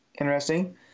interesting